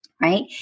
right